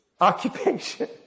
occupation